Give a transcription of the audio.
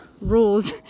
rules